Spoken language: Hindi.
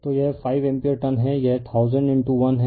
तो यह 5 एम्पीयर टर्न है यह 10001 है